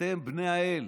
אתם בני האל,